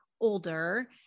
older